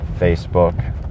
Facebook